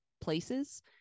places